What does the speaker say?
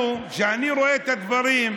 הוא, ראש הממשלה,